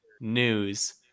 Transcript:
news